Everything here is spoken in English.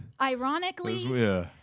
Ironically